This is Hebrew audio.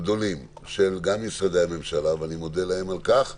גדולים גם של משרדי הממשלה, ואני מודה להם על כך,